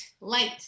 light